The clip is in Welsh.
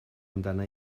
amdana